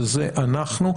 שזה אנחנו,